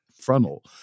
frontal